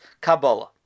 Kabbalah